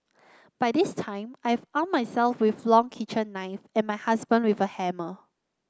by this time I've arm myself with a long kitchen knife and my husband with a hammer